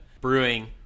brewing